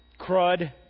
crud